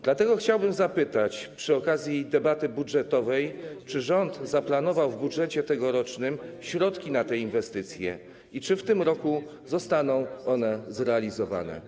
Dlatego chciałbym zapytać przy okazji debaty budżetowej: Czy rząd zaplanował w tegorocznym budżecie środki na te inwestycje i czy w tym roku zostaną one zrealizowane?